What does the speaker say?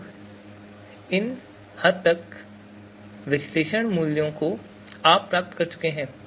तो इन हद तक विश्लेषण मूल्यों को आप प्राप्त कर चुके हैं